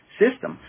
system